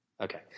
Okay